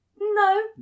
No